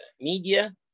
media